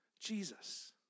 Jesus